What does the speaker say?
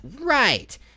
Right